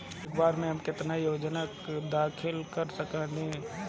एक साथ हम केतना योजनाओ में अपना दाखिला कर सकेनी?